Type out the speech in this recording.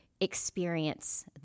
experience